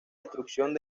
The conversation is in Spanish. destrucción